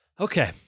Okay